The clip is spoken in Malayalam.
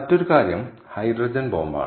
മറ്റൊരു കാര്യം ഹൈഡ്രജൻ ബോംബാണ്